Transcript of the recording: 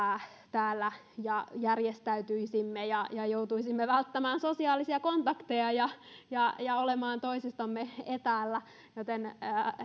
täällä ja järjestäytyisimme ja ja joutuisimme välttämään sosiaalisia kontakteja ja ja olemaan toisistamme etäällä se